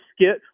skit